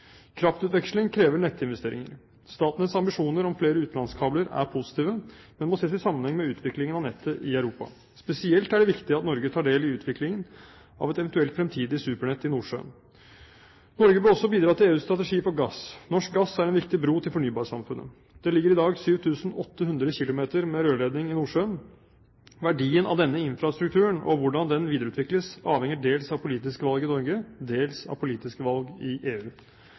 Kraftutveksling krever nettinvesteringer. Statnetts ambisjoner om flere utenlandskabler er positive, men må ses i sammenheng med utviklingen av nettet i Europa. Spesielt er det viktig at Norge tar del i utviklingen av et eventuelt fremtidig supernett i Nordsjøen. Norge bør også bidra til EUs strategi for gass. Norsk gass er en viktig bro til fornybarsamfunnet. Det ligger i dag 7 800 km med rørledning i Nordsjøen. Verdien av denne infrastrukturen – og hvordan den videreutvikles – avhenger dels av politiske valg i Norge, dels av politiske valg i EU.